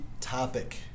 topic